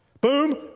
Boom